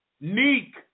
Neek